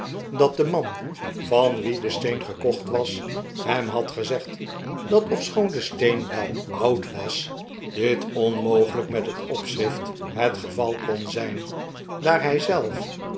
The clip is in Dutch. dat de man van wien de steen gekocht was hem had gezegd dat ofschoon de steen wel oud was dit onmogelijk met het opschrift het geval kon zijn daar hij zelf